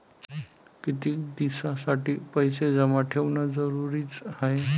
कितीक दिसासाठी पैसे जमा ठेवणं जरुरीच हाय?